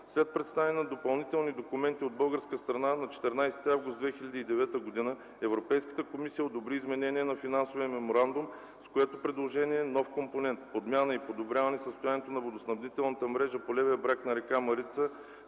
След представяне на допълнителни документи от българска страна, на 14 август 2009 г. Европейската комисия одобри изменение на Финансовия меморандум, с което предложеният нов компонент „Подмяна и подобряване състоянието на водоснабдителната мрежа по левия бряг на р. Марица,